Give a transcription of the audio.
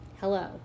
Hello